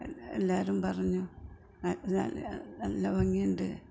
എല്ലാവരും പറഞ്ഞു നല്ല നല്ല ഭംഗിയുണ്ട്